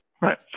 right